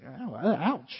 Ouch